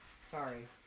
sorry